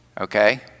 Okay